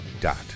dot